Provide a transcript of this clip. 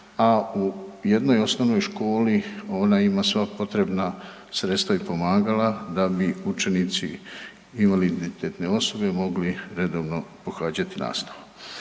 a u jednoj osnovnoj školi ona ima sva potrebna sredstva i pomagala da bi učenici invaliditetne osobe mogli redovno pohađati nastavu.